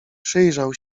przyjrzał